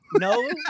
No